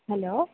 hello